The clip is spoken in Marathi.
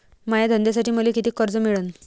माया धंद्यासाठी मले कितीक कर्ज मिळनं?